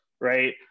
Right